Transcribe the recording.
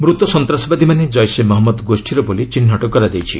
ମୃତ ସନ୍ତାସବାଦୀମାନେ କ୍ରିସେ ମହମ୍ମଦ ଗୋଷୀର ବୋଲି ଚିହ୍ରଟ କରାଯାଇଛି